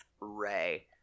ray